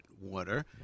water